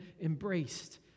embraced